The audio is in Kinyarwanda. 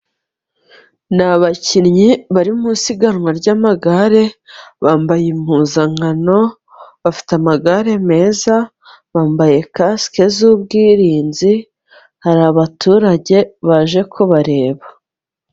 Ni abakinnyi bari mu isiganwa ry'amagare, bambaye impuzankano, bafite amagare meza, bambaye kasike z'ubwirinzi, hari abaturage baje kubareba.